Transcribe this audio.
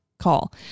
call